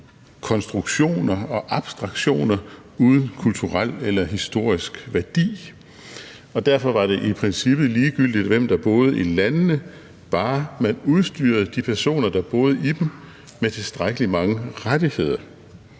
konstruktioner og abstraktioner uden kulturel eller historisk værdi, og derfor var det i princippet ligegyldigt, hvem der boede i landene, bare man udstyrede de personer, der boede i dem, med tilstrækkelig mange rettigheder.